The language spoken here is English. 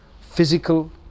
physical